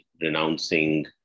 renouncing